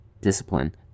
discipline